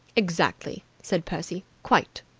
exactly! said percy. quite!